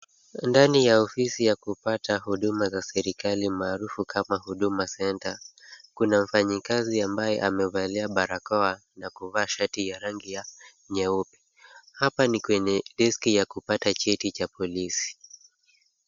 Ndani ya ofisi ya kupata huduma za serikali maarufu kama Huduma center. Kuna mfanyikazi ambaye amevalia barakoa na kuvaa shati ya rangi ya nyeupe. Hapa ni kwenye deski ya kupata cheti cha polisi.